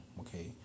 Okay